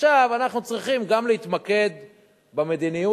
עכשיו אנחנו צריכים גם להתמקד במדיניות,